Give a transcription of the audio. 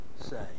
say